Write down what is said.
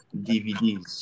DVDs